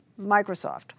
Microsoft